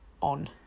on